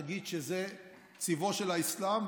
נגיד שזה צבעו של האסלאם,